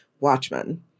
Watchmen